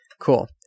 cool